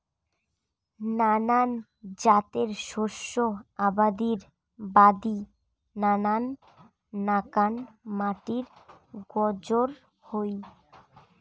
নানান জাতের শস্য আবাদির বাদি নানান নাকান মাটির গরোজ হই